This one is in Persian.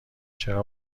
چرا